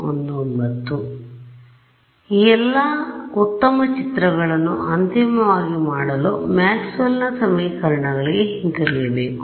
ಆದ್ದರಿಂದ ಎಲ್ಲಾ ಉತ್ತಮ ಚಿತ್ರಗಳನ್ನು ಅಂತಿಮವಾಗಿ ಮಾಡಲು ಮ್ಯಾಕ್ಸ್ವೆಲ್ನ ಸಮೀಕರಣಗಳಿಗೆ ಹಿಂತಿರುಗಬೇಕು